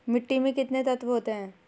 मिट्टी में कितने तत्व होते हैं?